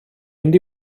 mynd